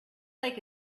like